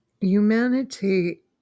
Humanity